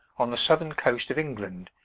on the southern coast of england,